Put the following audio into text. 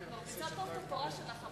את מרביצה פה את התורה שלך,